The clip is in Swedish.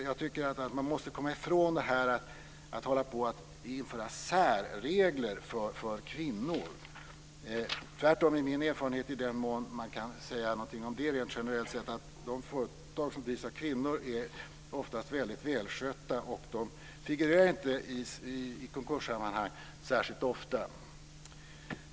Jag tycker att man måste komma ifrån att införa särregler för kvinnor. Min erfarenhet är tvärtom, i den mån man kan säga någonting om det rent generellt sett, att de företag som drivs av kvinnor oftast är väldigt välskötta. De figurerar inte i konkurssammanhang särskilt ofta.